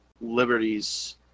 liberties